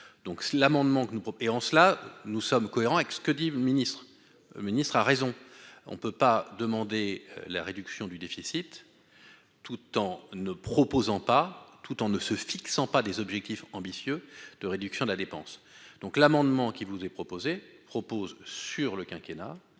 donc l'amendement que nous et, en cela, nous sommes cohérents avec ce que dit le ministre, le ministre a raison, on peut pas demander la réduction du déficit tout en ne proposant pas tout en ne se fixant pas des objectifs ambitieux de réduction de la dépense, donc l'amendement qui vous est proposé propose sur le quinquennat